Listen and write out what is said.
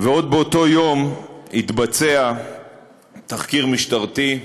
עוד באותו יום התבצע תחקיר משטרתי,